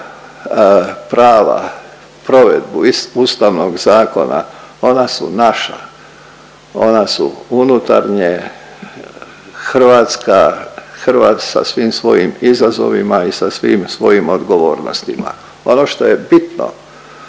prava provedbu iz Ustavnog zakona ona su naša, ona su unutarnje Hrvatska, Hrvat sa svim svojim izazovima i sa svim svojim odgovornostima. Ono što je bitno